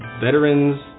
Veterans